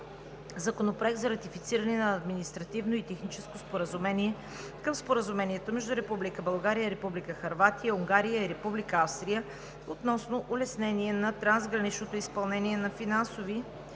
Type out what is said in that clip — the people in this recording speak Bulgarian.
Законопроект за ратифициране на Административно и техническо споразумение към Споразумението между Република България и Република Хърватия, Унгария и Република Австрия относно улеснение на трансграничното изпълнение на финансови